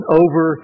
over